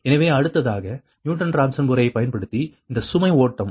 எனவே அடுத்ததாக Newton Raphson முறையைப் பயன்படுத்தி அந்த சுமை ஓட்டம்